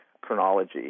chronology